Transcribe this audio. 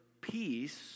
peace